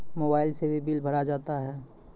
Mobile से भी bill भरा जाता हैं?